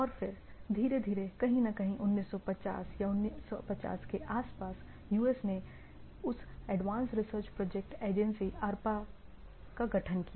और फिर धीरे धीरे कहीं न कहीं 1950 या 1950 के आस पास US ने उस एडवांस्ड रिसर्च प्रोजेक्ट एजेंसी या ARPA का गठन किया